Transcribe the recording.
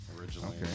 originally